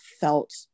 felt